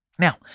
Now